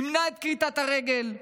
ימנע את כריתת הרגל.